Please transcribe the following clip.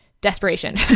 desperation